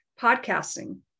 podcasting